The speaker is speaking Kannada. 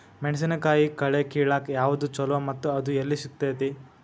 ಮೆಣಸಿನಕಾಯಿ ಕಳೆ ಕಿಳಾಕ್ ಯಾವ್ದು ಛಲೋ ಮತ್ತು ಅದು ಎಲ್ಲಿ ಸಿಗತೇತಿ?